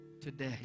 today